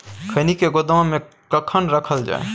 खैनी के गोदाम में कखन रखल जाय?